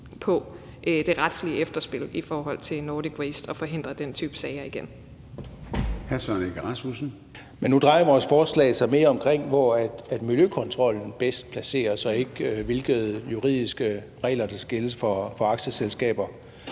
på det retslige efterspil i forhold til Nordic Waste og i forhold til at